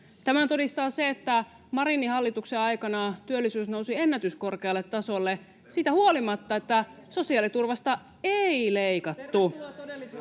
Tämän todistaa se, että Marinin hallituksen aikana työllisyys nousi ennätyskorkealle tasolle [Perussuomalaisten ryhmästä: